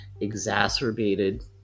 exacerbated